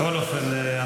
בכל אופן,